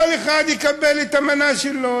כל אחד יקבל את המנה שלו,